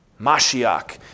Mashiach